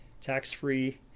tax-free